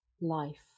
life